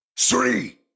three